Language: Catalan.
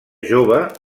jove